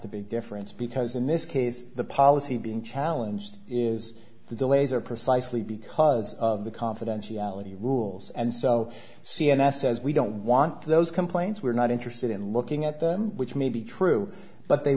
the big difference because in this case the policy being challenged is the delays are precisely because of the confidentiality rules and so c m s says we don't want those complaints we're not interested in looking at them which may be true but they